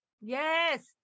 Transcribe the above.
yes